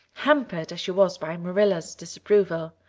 hampered as she was by marilla's disapproval.